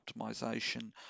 optimization